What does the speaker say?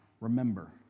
remember